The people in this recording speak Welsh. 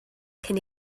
cyn